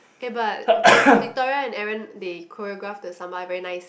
eh but Victoria and Aaron they choreograph the Samba very nice